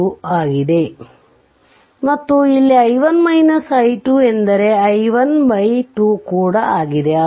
ಮತ್ತು ಇಲ್ಲಿ i1 i2 ಎಂದರೆ i1 2 ಕೂಡ ಆಗಿದೆ